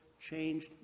changed